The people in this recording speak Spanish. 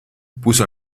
puso